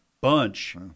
bunch